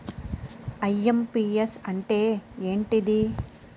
IMPS అంటే ఏంటిది?